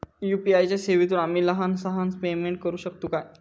UPI च्या सेवेतून आम्ही लहान सहान पेमेंट करू शकतू काय?